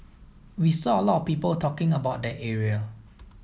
we saw a lot of people talking about that area